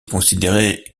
considérée